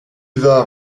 vas